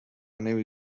نمی